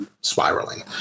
spiraling